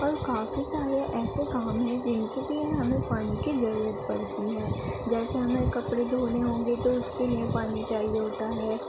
اور کافی سارے ایسے کام ہیں جن کے لیے ہمیں پانی کی ضرورت پڑتی ہے جیسے ہمیں کپڑے دھونے ہوں گے تو اس کے لیے پانی چاہیے ہوتا ہے